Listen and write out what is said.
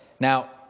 Now